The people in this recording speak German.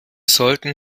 sollten